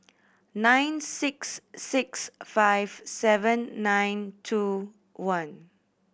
nine six six five seven nine two one